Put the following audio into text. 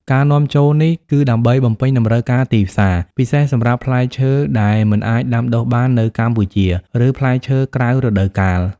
ការនាំចូលនេះគឺដើម្បីបំពេញតម្រូវការទីផ្សារ ពិសេសសម្រាប់ផ្លែឈើដែលមិនអាចដាំដុះបាននៅកម្ពុជា ឬផ្លែឈើក្រៅរដូវកាល។